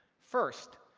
first,